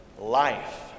life